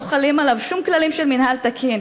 לא חלים עליו שום כללים של מינהל תקין,